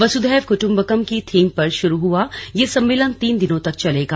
वसुधैव क्ट्म्बकम की थीम पर शुरू हुआ ये सम्मेलन तीन दिनों तक चलेगा